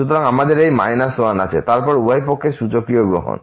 সুতরাং আমাদের এই 1 আছে এবং তারপর উভয় পক্ষের সূচকীয় গ্রহণ